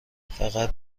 فقط